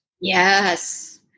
Yes